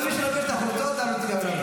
זה הפרוטוקול.